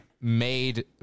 made